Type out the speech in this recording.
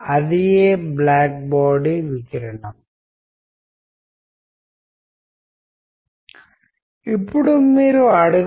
అందుకే ఇది ఒక కీలక పదం మన ముందుకు వెళ్తున్నప్పుడు మళ్ళీ మళ్ళీ వస్తుంది